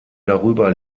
darüber